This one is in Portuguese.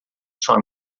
sua